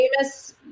famous